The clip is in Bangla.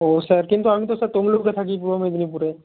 ও স্যার কিন্তু আমি তো স্যার তমলুকে থাকি পূর্ব মেদিনীপুরে